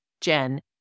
Jen